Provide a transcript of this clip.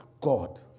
God